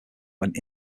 went